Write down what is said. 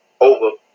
over